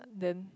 then